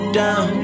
down